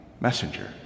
messenger